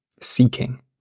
seeking